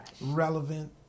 Relevant